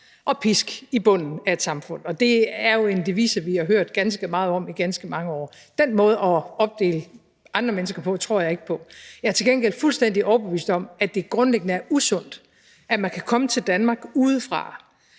og pisk i bunden af et samfund, og det er jo en devise, vi har hørt ganske meget om, i ganske mange år. Den måde at opdele andre mennesker på tror jeg ikke på. Jeg er til gengæld fuldstændig overbevist om, at det grundliggende er usundt, at man kan komme til Danmark udefra,